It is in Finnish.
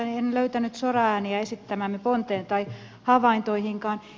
en löytänyt soraääniä esittämäämme ponteen tai havaintoihinkaan